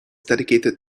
dedicated